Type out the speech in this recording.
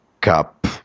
Cup